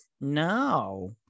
No